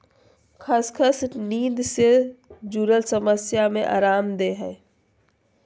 खसखस नींद से जुरल समस्या में अराम देय हइ